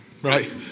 right